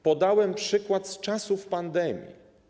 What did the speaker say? Podałem przykład z czasów pandemii.